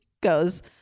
goes